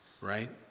right